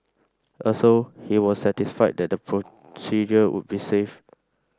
also he was satisfied that the procedure would be safe